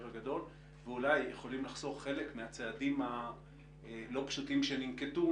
הגדול ואולי יכולים לחסוך חלק מהצעדים הלא פשוטים שננקטו,